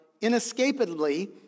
inescapably